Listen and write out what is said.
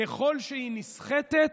שככל שהיא נסחטת,